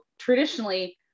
traditionally